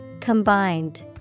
Combined